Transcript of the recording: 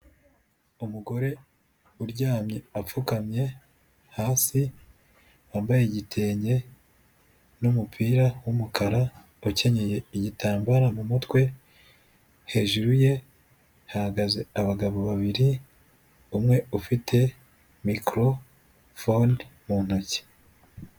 Umugore uryamye apfukamye hasi wambaye igitenge n'umupira w'umukara ukenyeye igitambara mu mutwe, hejuru ye hahagaze abagabo babiri umwe ufite mikorofone mu ntoki.